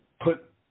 put